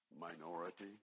minority